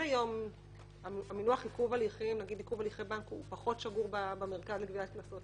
המינוח עיכוב הליכי בנק הוא פחות שגור במרכז לגביית קנסות,